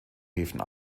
häfen